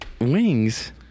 Wings